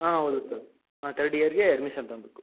ಆಂ ಹೌದು ಸರ್ ಆಂ ತರ್ಡ್ ಇಯರ್ಗೆ ಅಡ್ಮಿಶನ್ ತೊಗೊಬೇಕು